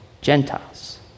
Gentiles